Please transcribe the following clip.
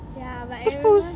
ya but everyone